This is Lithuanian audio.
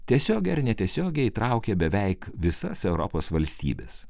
tiesiogiai ar netiesiogiai įtraukė beveik visas europos valstybes